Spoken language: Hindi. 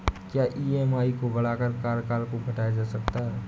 क्या ई.एम.आई को बढ़ाकर कार्यकाल को घटाया जा सकता है?